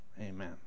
Amen